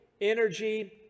energy